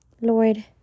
Lord